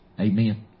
Amen